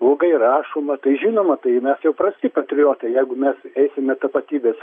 blogai rašoma tai žinoma tai mes jau prasti patriotai jeigu mes eisime tapatybės